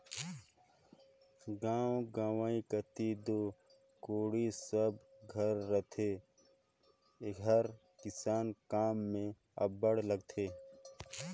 गाँव गंवई कती दो कोड़ी सब घर रहथे एहर किसानी काम मे अब्बड़ लागथे